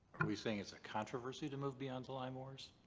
are we saying it's a controversy to move beyond the lyme wars?